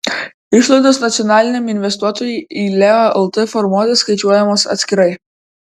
išlaidos nacionaliniam investuotojui į leo lt formuoti skaičiuojamos atskirai